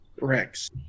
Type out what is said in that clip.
Rex